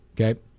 Okay